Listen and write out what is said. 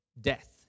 death